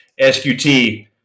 SQT